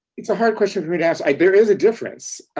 it's a hard question for me to ask i there is a difference.